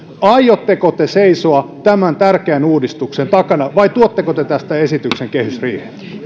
aiotteko te seisoa tämän tärkeän uudistuksen takana vai tuotteko te tästä esityksen kehysriiheen